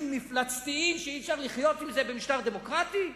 מפלצתיים שאי-אפשר לחיות אתם במשטר דמוקרטי?